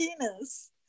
penis